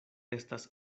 estas